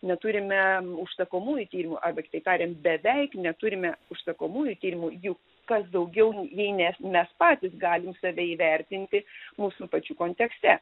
neturime užsakomųjų tyrimų arba kitaip tariant beveik neturime užsakomųjų tyrimų juk kas daugiau jei ne mes patys galim save įvertinti mūsų pačių kontekste